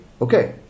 Okay